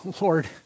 Lord